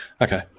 Okay